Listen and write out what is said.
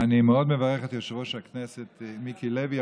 אני מאוד מברך את יושב-ראש הכנסת מיקי לוי.